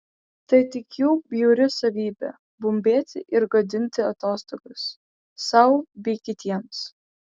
tai tik jų bjauri savybė bumbėti ir gadinti atostogas sau bei kitiems